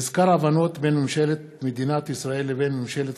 מזכר הבנות בין ממשלת מדינת ישראל לבין ממשלת